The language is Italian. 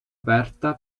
aperta